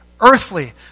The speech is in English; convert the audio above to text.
earthly